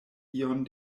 ion